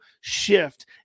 shift